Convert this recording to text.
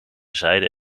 zijden